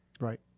Right